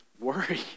worry